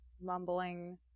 mumbling